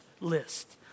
list